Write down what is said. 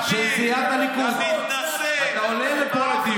יש לך בושה, אתה הפכת